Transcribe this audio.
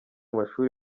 mashuri